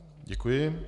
Děkuji.